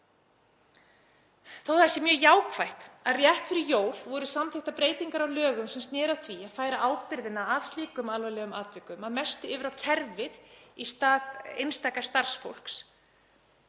að það sé mjög jákvætt að rétt fyrir jól voru samþykktar breytingar á lögum sem sneru að því að færa ábyrgðina af slíkum alvarlegum atvikum að mestu yfir á kerfið í stað einstaka starfsfólks,